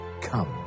Come